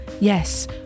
Yes